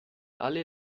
alle